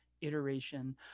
iteration